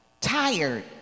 tired